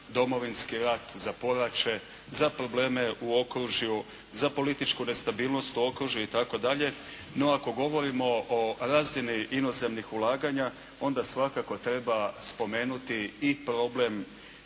Domovinski rat, za poračje, za probleme u okružju, za političku nestabilnost u okružju itd., no ako govorimo o razini inozemnih ulaganja, onda svakako treba spomenuti i problem